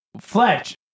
Fletch